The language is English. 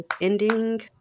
ending